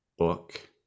book